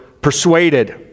persuaded